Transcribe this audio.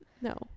no